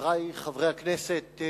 חברי חברי הכנסת,